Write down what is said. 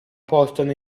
portano